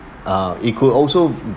uh it could also